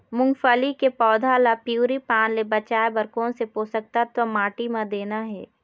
मुंगफली के पौधा ला पिवरी पान ले बचाए बर कोन से पोषक तत्व माटी म देना हे?